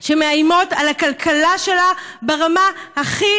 שהן מאיימות על הכלכלה שלה ברמה הכי